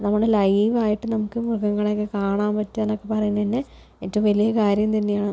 നമ്മൾ ലൈവായിട്ട് നമുക്ക് മൃഗങ്ങളെ ഒക്കെ കാണാൻ പറ്റുകായെന്ന് ഒക്കെ പറയുന്നത് തന്നെ ഏറ്റവും വലിയ ഒരു കാര്യം തന്നെയാണ്